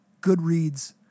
Goodreads